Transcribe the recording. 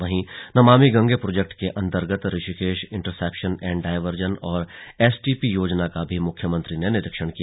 वहीं नमामि गंगे प्रोजेक्ट के अन्तर्गत ऋषिकेश इन्टरसेप्शन एण्ड डायवर्जन और एस टीपी योजना का भी मुख्यमंत्री ने निरीक्षण किया